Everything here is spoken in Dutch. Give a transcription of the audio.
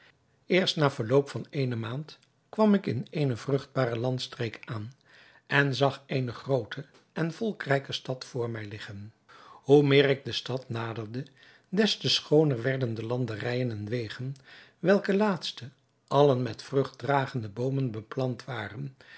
eerst na verloop van eene maand kwam ik in eene vruchtbare landstreek aan en zag eene groote en volkrijke stad vr mij liggen hoe meer ik de stad naderde des te schooner werden de landerijen en wegen welke laatste allen met vruchtdragende boomen beplant waren